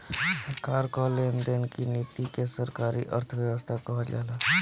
सरकार कअ लेन देन की नीति के सरकारी अर्थव्यवस्था कहल जाला